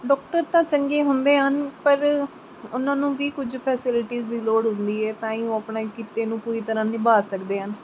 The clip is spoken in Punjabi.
ਡੋਕਟਰ ਤਾਂ ਚੰਗੇ ਹੁੰਦੇ ਹਨ ਪਰ ਉਹਨਾਂ ਨੂੰ ਵੀ ਕੁਝ ਫੈਸਿਲਿਟੀਜ਼ ਦੀ ਲੋੜ ਹੁੰਦੀ ਹੈ ਤਾਂ ਹੀ ਉਹ ਆਪਣੇ ਕਿੱਤੇ ਨੂੰ ਪੂਰੀ ਤਰ੍ਹਾਂ ਨਿਭਾ ਸਕਦੇ ਹਨ